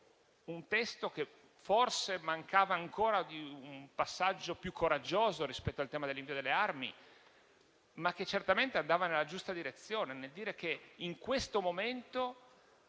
un testo che forse mancava ancora di un passaggio più coraggioso rispetto al tema dell'invio delle armi, ma che certamente andava nella giusta direzione nel dire che in questo momento